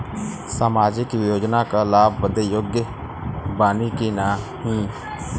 सामाजिक योजना क लाभ बदे योग्य बानी की नाही?